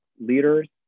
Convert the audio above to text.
leaders